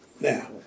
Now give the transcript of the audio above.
Now